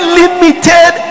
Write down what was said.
limited